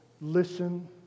listen